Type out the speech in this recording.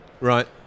right